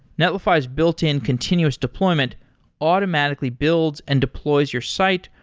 netlify's built-in continuous deployment automatically builds and deploys your site,